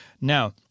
Now